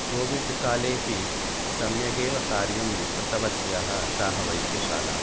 COVID कालेपि सम्यक् एव कार्यं कृतवत्यः ताः वैद्यशालाः